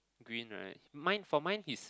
green right mine for mine it's